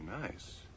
nice